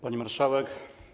Pani Marszałek!